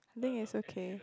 I think it's okay